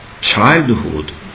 childhood